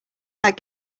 that